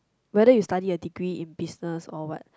whether you study a degree in business or what